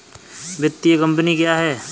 वित्तीय कम्पनी क्या है?